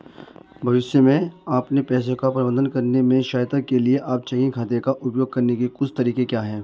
भविष्य में अपने पैसे का प्रबंधन करने में सहायता के लिए आप चेकिंग खाते का उपयोग करने के कुछ तरीके क्या हैं?